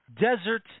Desert